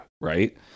right